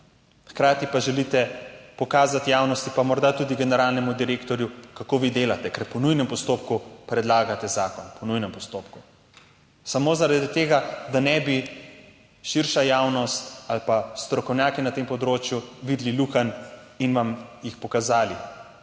hkrati pa želite pokazati javnosti, pa morda tudi generalnemu direktorju, kako vi delate, ker po nujnem postopku predlagate zakon, po nujnem postopku, samo zaradi tega, da ne bi širša javnost ali pa strokovnjaki na tem področju videli lukenj in vam jih pokazali,